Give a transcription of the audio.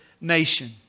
nation